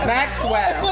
Maxwell